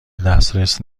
دسترس